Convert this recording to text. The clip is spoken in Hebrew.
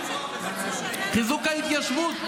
חיזוק ההתיישבות,